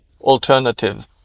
alternative